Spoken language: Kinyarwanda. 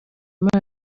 muri